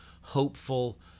hopeful